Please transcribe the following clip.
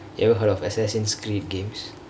you ever heard of assassin's creed games